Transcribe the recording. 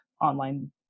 online